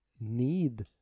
need